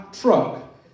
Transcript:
truck